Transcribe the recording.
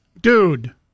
Dude